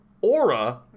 Aura